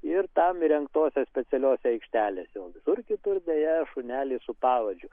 ir tam įrengtose specialiose aikštelėse o visur kitur deja šunelį su pavadžiu